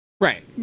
Right